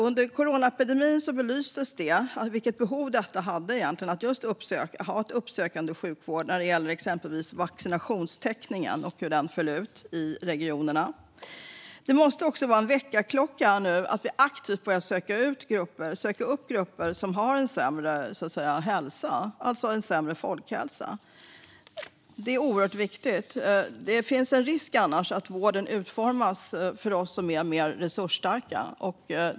Under coronapandemin belystes vilket behov det fanns av uppsökande sjukvård när det gäller exempelvis vaccinationstäckningen och hur den föll ut i regionerna. Det måste nu också vara en väckarklocka så att vi aktivt börjar söka upp grupper som har en sämre hälsa. Det är oerhört viktigt. Det finns annars en risk att vården utformas för oss som är mer resursstarka.